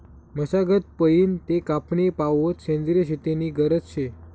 मशागत पयीन ते कापनी पावोत सेंद्रिय शेती नी गरज शे